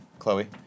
Chloe